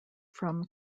from